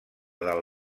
del